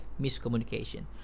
miscommunication